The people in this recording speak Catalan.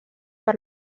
per